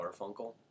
Garfunkel